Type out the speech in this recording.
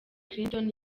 clinton